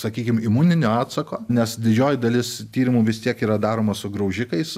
sakykim imuninio atsako nes didžioji dalis tyrimų vis tiek yra daroma su graužikais